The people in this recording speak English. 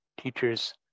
teachers